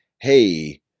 hey